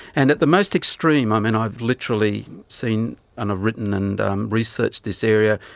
and at the most extreme, i mean, i've literally seen and i've written and researched this area,